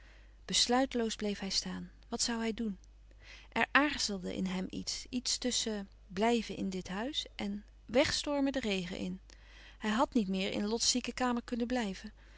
besluiteloos bleef hij staan wat zoû hij doen er aarzelde in hem iets iets tusschen blijven in dit huis en wègstormen den regen in hij hàd niet meer in lots ziekekamer kunnen blijven